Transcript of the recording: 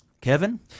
Kevin